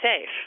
safe